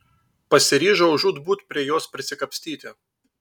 pasiryžau žūtbūt prie jos prisikapstyti